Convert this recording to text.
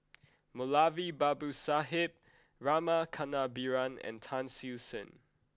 Moulavi Babu Sahib Rama Kannabiran and Tan Siew Sin